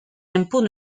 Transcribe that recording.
impôts